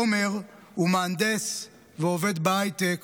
תומר הוא מהנדס ועובד בהייטק,